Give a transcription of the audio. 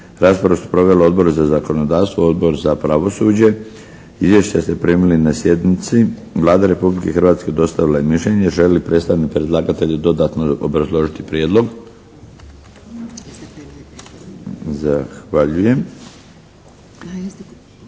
Raspravu su proveli Odbor za zakonodavstvo, Odbor za pravosuđe. Izvješća ste primili na sjednici. Vlada Republike Hrvatske dostavila je mišljenje. Želi li predstavnik predlagatelja dodatno obrazložiti prijedlog? Zahvaljujem.